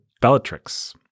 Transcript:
Bellatrix